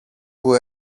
που